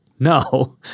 No